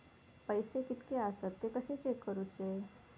पैसे कीतके आसत ते कशे चेक करूचे?